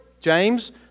James